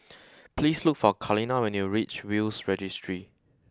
please look for Kaleena when you reach Will's Registry